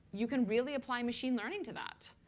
you can really apply machine learning to that.